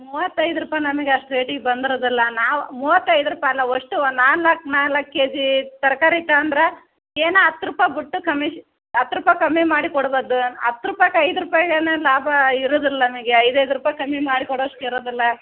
ಮೂವತ್ತೈದು ರೂಪಾಯಿ ನಮಗೆ ಅಷ್ಟು ರೇಟಿಗೆ ಬಂದಿರದಿಲ್ಲ ನಾವು ಮೂವತ್ತೈದು ರೂಪಾಯಿ ಅಲ್ಲ ಅಷ್ಟು ನಾಲ್ಕು ನಾಲ್ಕು ಕೆ ಜಿ ತರಕಾರಿ ತಗಂಡ್ರೆ ಏನೋ ಹತ್ತು ರೂಪಾಯಿ ಬಿಟ್ಟು ಕಮಿಷ್ ಹತ್ತು ರೂಪಾಯಿ ಕಮ್ಮಿ ಮಾಡಿ ಕೊಡ್ಬೋದು ಹತ್ತು ರೂಪಾಯ್ಕೆ ಐದು ರೂಪಾಯ್ಗೆನೆ ಲಾಭ ಇರೋದಿಲ್ಲ ನಮಗೆ ಐದು ಐದು ರೂಪಾಯಿ ಕಮ್ಮಿ ಮಾಡಿ ಕೊಡಷ್ಟು ಇರೋದಿಲ್ಲ